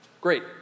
Great